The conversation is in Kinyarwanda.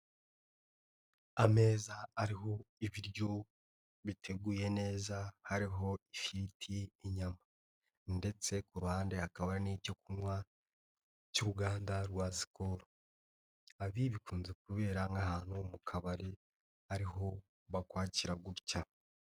Ameza ariho ibiryo biteguye neza hariho ifiriti, inyama ndetse ku ruhande hakaba n'icyo kunywa cy'uruganda rwa Skol, ibi bikunze kubera nk'ahantu mu kabari ari ho bakwakira gutya.